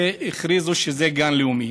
והכריזו שזה גן לאומי.